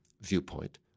Viewpoint